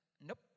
nope